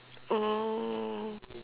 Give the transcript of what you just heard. oh